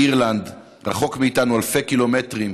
באירלנד, רחוק מאיתנו אלפי קילומטרים,